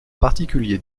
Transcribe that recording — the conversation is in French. particulier